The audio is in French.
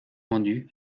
rendu